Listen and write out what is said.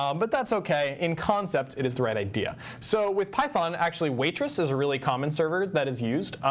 um but that's ok. in concept, it is the right idea. so with python, actually waitress is a really common server that is used.